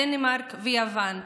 דנמרק ויוון.